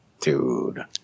dude